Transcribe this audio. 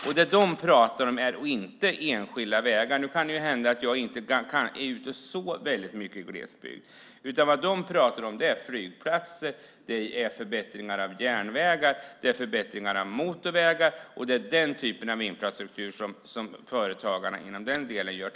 Det som de talar om är inte enskilda vägar. Nu är jag i och för sig inte ute i glesbygden så mycket. Dessa företagare talar om flygplatser, förbättringar av järnvägar och förbättringar av motorvägar. Det är den typen av infrastruktur som företagare inom turistnäringen talar om.